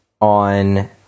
on